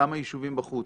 כמה יישובים בחוץ,